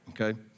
okay